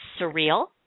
surreal